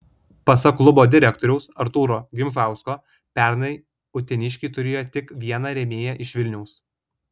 pasak klubo direktoriaus artūro gimžausko pernai uteniškiai turėjo tik vieną rėmėją iš vilniaus